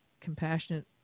compassionate